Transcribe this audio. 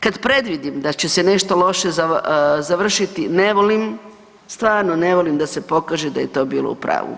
Kad predvidim da će se nešto loše završiti, ne volim, stvarno ne volim da se pokaže da je to bilo u pravu.